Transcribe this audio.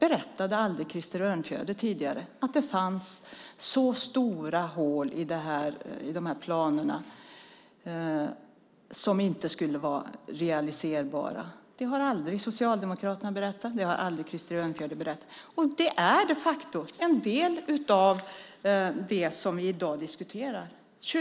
Krister Örnfjäder berättade inte tidigare att det fanns så stora hål i de här planerna som inte skulle vara realiserbara. Det har Socialdemokraterna aldrig berättat. Det har aldrig Krister Örnfjäder berättat. Det är de facto en del av det som vi diskuterar i dag.